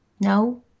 no